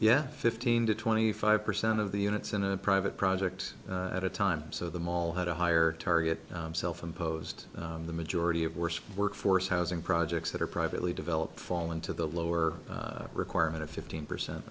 yeah fifteen to twenty five percent of the units in a private project at a time so the mall had a higher target self imposed the majority of worst workforce housing projects that are privately developed fall into the lower requirement of fifteen percent